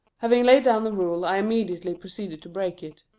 having laid down the rule, i immediately proceeded to break it.